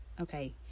Okay